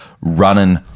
running